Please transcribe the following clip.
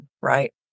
right